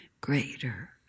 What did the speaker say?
greater